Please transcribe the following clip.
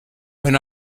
when